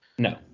No